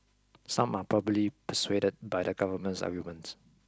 some are probably persuaded by the government's arguments